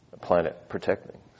planet-protecting